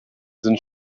sind